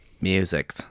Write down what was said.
Music